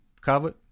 covered